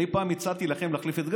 אני פעם הצעתי לכם להחליף את גנץ?